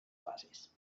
fases